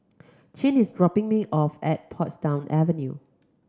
Chin is dropping me off at Portsdown Avenue